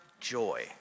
joy